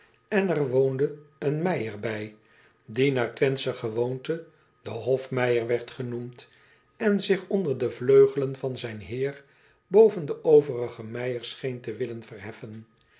en er woonde een meijer bij die naar wenthsche gewoonte d e o f m e i j e r werd genoemd en zich onder de vleugelen van zijn eer boven de overige meijers scheen te willen verheffen